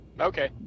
Okay